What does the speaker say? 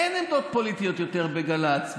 אין עמדות פוליטיות יותר בגל"צ,